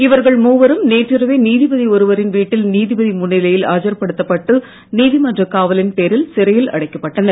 இவர்கள் மூவரும் நேற்றிரவே நீதிபதி ஒருவரின் வீட்டில் நீதிபதி முன்னிலையில் ஆஜர்படுத்தப் பட்டு நீதிமன்றக் காவலின் பேரில் சிறையில் அடைக்கப்பட்டனர்